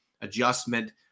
adjustment